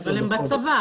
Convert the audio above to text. כן אבל הם בצבא.